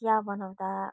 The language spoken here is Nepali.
चिया बनाउँदा